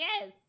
Yes